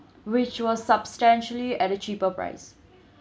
which was substantially at a cheaper price